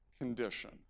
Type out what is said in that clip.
condition